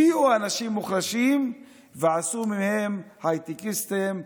הביאו אנשים מוחלשים ועשו מהם הייטקיסטים,